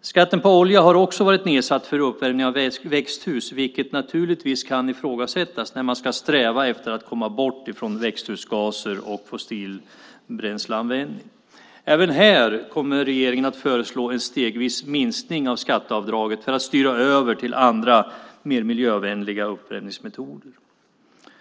Skatten på olja för uppvärmning av växthus har också varit nedsatt, vilket naturligtvis kan ifrågasättas när man ska sträva efter att komma bort från växthusgaser och användning av fossila bränslen. Även här kommer regeringen att föreslå en stegvis minskning av skatteavdraget för att styra över till andra, mer miljövänliga uppvärmningsmetoder.